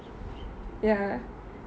ya